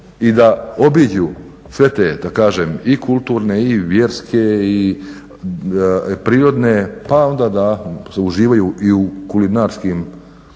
i da obiđu sve te kulturne i vjerske i prirodne pa onda da uživaju i u kulinarskim